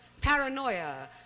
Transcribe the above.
Paranoia